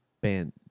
band